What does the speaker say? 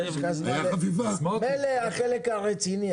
מילא החלק הרציני,